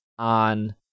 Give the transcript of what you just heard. on